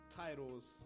titles